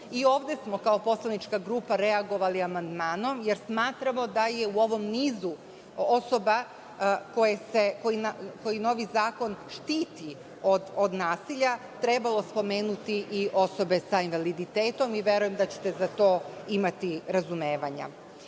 pomoć. Ovde smo kao poslanička grupa reagovali amandmanom, jer smatramo da je u ovom nizu osoba koje novi zakon štiti od nasilja trebalo spomenuti i osobe sa invaliditetom i verujem da ćete za to imati razumevanja. Veoma